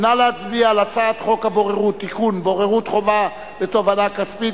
נא להצביע על הצעת חוק הבוררות (תיקון בוררות חובה בתובענה כספית).